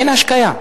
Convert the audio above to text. אין השקיה,